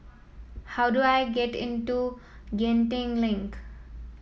how do I get into Genting Link